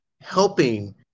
helping